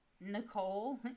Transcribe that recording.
Nicole